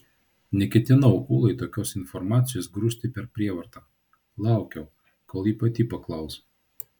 neketinau ulai tokios informacijos grūsti per prievartą laukiau kol ji pati paklaus